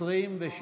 26 שרים.